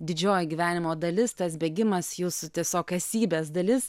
didžioji gyvenimo dalis tas bėgimas jūsų tiesiog esybės dalis